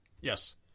Yes